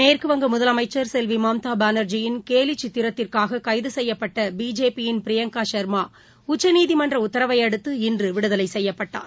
மேற்குவங்க முதலமைச்சர் செல்வி மம்தா பானா்ஜியின் கேலி சித்திரத்திற்காக கைது செய்யப்பட்ட பிஜேபி யின் பிரியங்கா சா்மா உச்சநீதிமன்ற உத்தரவையடுத்து இன்று விடுதலை செய்யப்பட்டார்